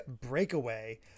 Breakaway